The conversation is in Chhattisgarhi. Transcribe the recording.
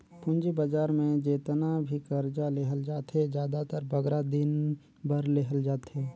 पूंजी बजार में जेतना भी करजा लेहल जाथे, जादातर बगरा दिन बर लेहल जाथे